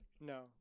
No